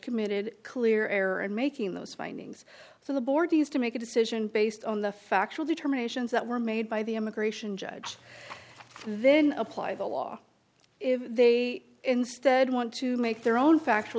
committed clear error and making those findings so the board is to make a decision based on the factual determinations that were made by the immigration judge then apply the law if they instead want to make their own factual